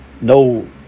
No